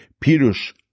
Pirush